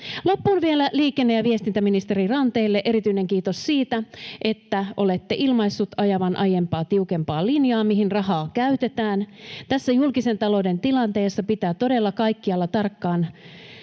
Loppuun vielä liikenne- ja viestintäministeri Ranteelle erityinen kiitos siitä, että olette ilmaissut ajavanne aiempaa tiukempaa linjaa siinä, mihin rahaa käytetään. Tässä julkisen talouden tilanteessa pitää todella kaikkialla tarkkaan